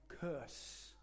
curse